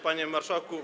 Panie Marszałku!